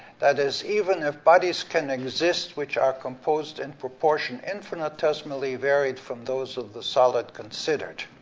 that is even if bodies can exist which are composed in proportion infinitesimally varied from those of the solid considered.